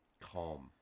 Calm